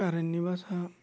खारेननि बासा